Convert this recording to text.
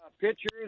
pictures